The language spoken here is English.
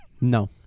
No